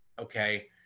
Okay